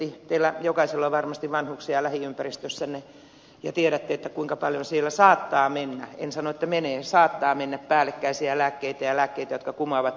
teillä jokaisella on varmasti vanhuksia läpiympäristössänne ja tiedätte kuinka paljon siellä saattaa mennä en sano että menee saattaa mennä päällekkäisiä lääkkeitä ja lääkkeitä jotka kumoavat toisten vaikutukset